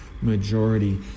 majority